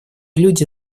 люди